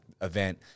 event